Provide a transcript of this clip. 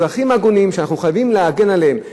אזרחים הגונים, שאנחנו חייבים להגן עליהם.